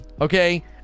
okay